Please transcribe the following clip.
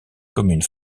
communes